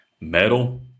metal